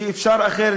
שאפשר אחרת,